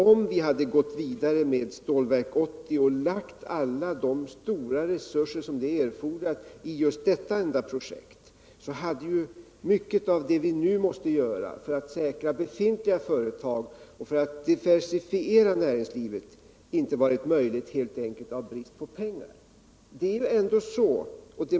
Om vi hade gått vidare med Stålverk 80 och lagt alla de stora resurser som det skulle ha erfordrat i detta enda projekt hade mycket av det vi nu måste göra för att säkra befintliga företag och diversifiera näringslivet inte varit möjligt helt enkelt på grund av brist på pengar.